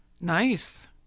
Nice